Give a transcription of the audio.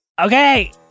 Okay